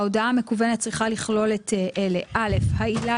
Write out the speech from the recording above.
ההודעה המקוונת צריכה לכלול את אלה: (א) העילה